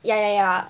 ya ya ya